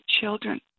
children